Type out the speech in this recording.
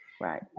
Right